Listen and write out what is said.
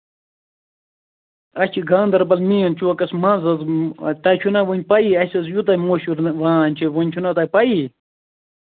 اَسہِ چھُ گانٛدر بَل مین چوکَس منٛز حظ تۄہہِ چھُو نا ؤنہِ پَییِی اَسہِ حظ یوٗتاہ مَشہوٗر وان چھُ ؤنہِ چھُو نا تۄہہِ پَییِی